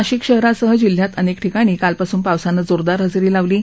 नाशिक शहरासह जिल्ह्यात अनेक ठिकाणी काल पासून पावसाने जोरदार हजेरी लावली आहे